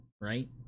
right